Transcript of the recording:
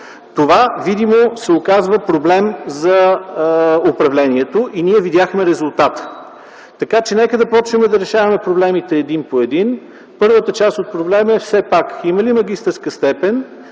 това видимо се оказва проблем за управлението и ние видяхме резултата. Така че, нека да започнем да решаваме проблемите един по един. Първата част от проблема е все пак има ли магистърска степен,